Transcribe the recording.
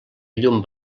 llum